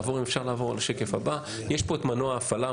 (שקף: "מנוע ההפעלה").